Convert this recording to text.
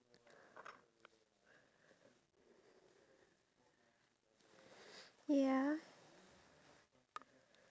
with one another and at the same time have an activity that can get their entire body moving throughout